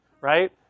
Right